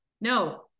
No